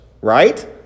right